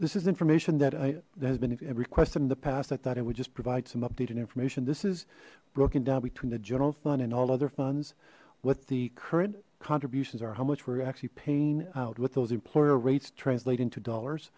this is information that i has been requested in the past i thought it would just provide some updated information this is broken down between the general fund and all other funds what the current contributions are how much we're actually paying out with those employer rates translate into dollars